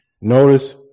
Notice